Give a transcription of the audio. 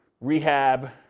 rehab